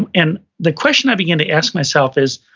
and and the question i begin to ask myself is,